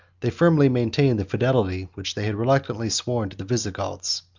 they firmly maintained the fidelity which they had reluctantly sworn to the visigoths,